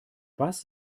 was